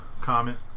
comment